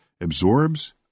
absorbs